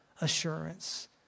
assurance